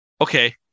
Okay